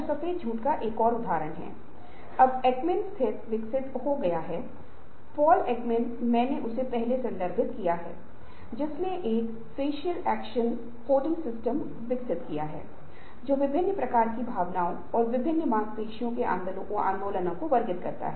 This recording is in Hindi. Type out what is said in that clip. अगर बाहरी आंतरिक प्रणालियों के बीच असंतुलन है तो इस असमानता को परिवर्तन प्रबंधन रणनीति को अपनाकर संतुलन की स्थिति में लाया जा सकता है और प्रबंधन की रणनीति में बदलाव करें जैसा कि मैंने पहले उल्लेख किया था दृष्टि बोध संयंत्र आधुनिकीकरण या रणनीति योजना की शुरुआत होती है